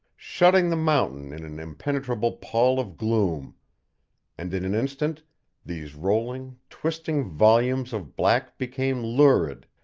shutting the mountain in an impenetrable pall of gloom and in an instant these rolling, twisting volumes of black became lurid,